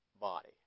body